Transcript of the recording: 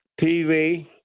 TV